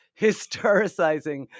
historicizing